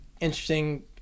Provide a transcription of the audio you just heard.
interesting